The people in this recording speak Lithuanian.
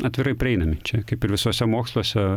atvirai prieinami čia kaip ir visuose moksluose